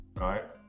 right